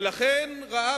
ולכן ראה